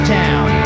town